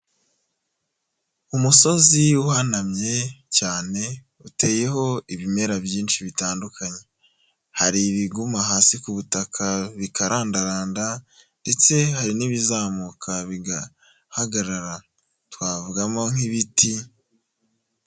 Umusozi uhanamye cyane uteyeho ibimera byinshi bitandukanye hari ibiguma hasi ku butaka bikarandaranda ndetse hari n'ibizamuka bigahagarara twavugamo nk'ibiti.